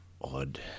odd